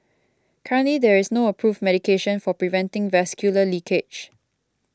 currently there is no approved medication for preventing vascular leakage